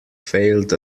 failed